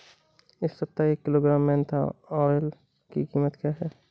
इस सप्ताह एक किलोग्राम मेन्था ऑइल की कीमत क्या है?